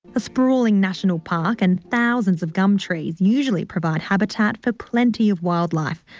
a sprawling national park and thousands of gum trees usually provide habitat for plenty of wildlife,